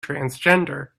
transgender